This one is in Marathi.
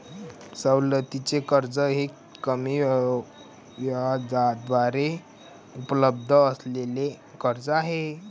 सवलतीचे कर्ज हे कमी व्याजदरावर उपलब्ध असलेले कर्ज आहे